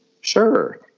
Sure